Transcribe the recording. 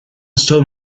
stole